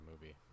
movie